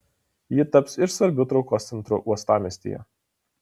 ji taps ir svarbiu traukos centru uostamiestyje